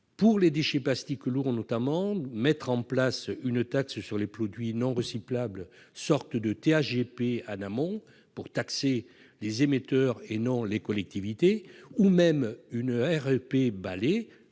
pour les déchets plastiques lourds, une taxe sur les produits non recyclables, sorte de TGAP en amont, pour taxer les émetteurs, et non les collectivités, ou même une REP balai-